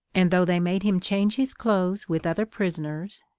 and though they made him change his clothes with other prisoners,